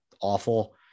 awful